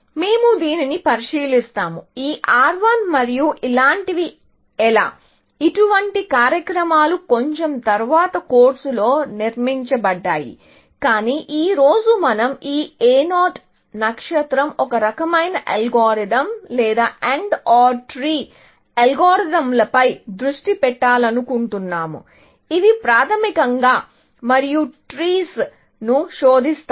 మేము దీనిని పరిశీలిస్తాము ఈ R1 మరియు ఇలాంటివి ఎలా ఇటువంటి కార్యక్రమాలు కొంచెం తరువాత కోర్సులో నిర్మించబడ్డాయి కాని ఈ రోజు మనం ఈ A 0 నక్షత్రం ఒక రకమైన అల్గోరిథం లేదా AND OR ట్రీ అల్గోరిథంలపై దృష్టి పెట్టాలనుకుంటున్నాము ఇవి ప్రాథమికంగా మరియు ట్రీస్ ను శోధిస్తాయి